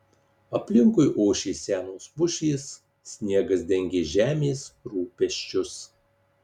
aplinkui ošė senos pušys sniegas dengė žemės rūpesčius